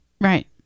Right